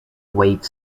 wave